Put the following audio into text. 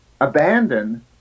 abandon